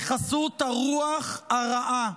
בחסות הרוח הרעה,